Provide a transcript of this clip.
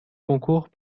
concours